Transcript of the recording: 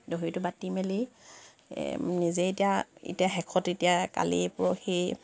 দহিটো বাটি মেলি এ নিজে এতিয়া এতিয়া শেষত এতিয়া কালি পৰহি